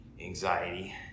anxiety